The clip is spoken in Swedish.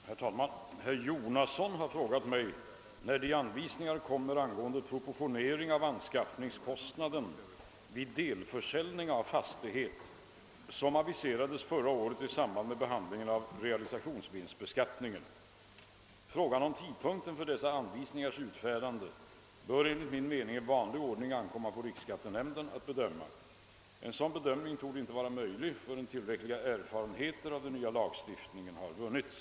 Herr talman! Herr Jonasson har frå gat mig, när de anvisningar kommer angående proportionering av anskaffningskostnaden vid delförsäljning av fastighet, som aviserades förra året i samband med behandlingen av realisationsvinstbeskattningen. Frågan om tidpunkten för dessa anvisningars utfärdande bör enligt min mening i vanlig ordning ankomma på riksskattenämnden att bedöma. En sådan bedömning torde inte vara möjlig förrän tillräckliga erfarenheter av den nya lagstiftningen vunnits.